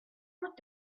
looked